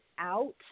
out